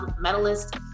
medalist